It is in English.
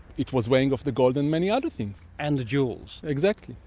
it was weighing of the gold and many other things. and the jewels. exactly.